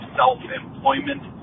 self-employment